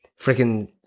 freaking